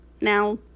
now